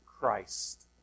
Christ